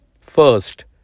First